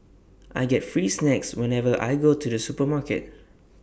I get free snacks whenever I go to the supermarket